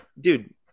Dude